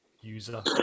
user